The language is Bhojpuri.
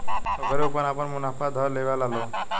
ओकरे ऊपर आपन मुनाफा ध लेवेला लो